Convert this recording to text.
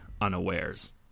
unawares